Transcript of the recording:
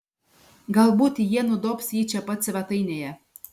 galbūt jie nudobs jį čia pat svetainėje